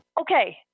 okay